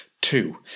Two